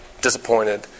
disappointed